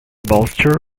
bolster